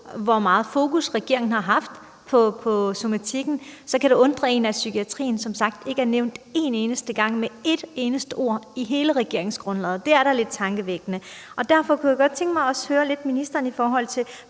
hvor meget fokus regeringen har haft på somatikken, så kan det undre en, at psykiatrien som sagt ikke er nævnt én eneste gang med ét eneste ord i hele regeringsgrundlaget. Det er da lidt tankevækkende. Derfor kunne jeg også godt tænke mig at høre om ministerens tanker